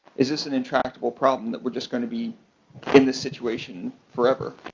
is this an intractable problem that we're just gonna be in this situation forever?